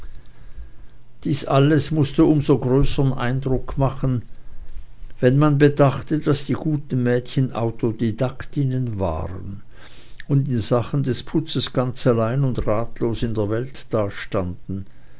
dies alles mußte um so größern eindruck machen wenn man bedachte daß die guten mädchen autodidaktinnen waren und in sachen des putzes ganz allein und ratlos in der welt dastanden